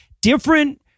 different